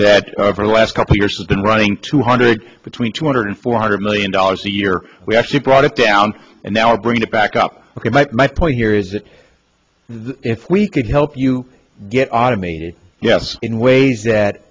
that over the last couple years has been running two hundred between two hundred and four hundred million dollars a year we actually brought it down and now we're bringing it back up my point here is that if we could help you get automated yes in ways that